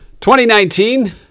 2019